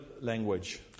language